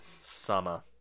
summer